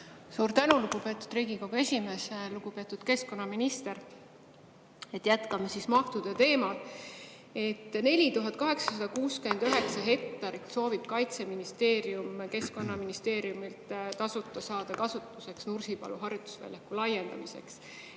Suur tänu, lugupeetud Riigikogu esimees! Lugupeetud keskkonnaminister! Jätkame mahtude teemal. 4869 hektarit soovib Kaitseministeerium Keskkonnaministeeriumilt tasuta kasutusse saada Nursipalu harjutusvälja laiendamiseks.